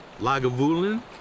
Lagavulin